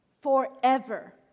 forever